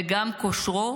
וגם כושרו,